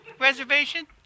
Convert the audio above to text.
Reservation